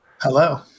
Hello